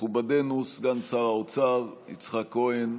מכובדנו סגן שר האוצר יצחק כהן.